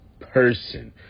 person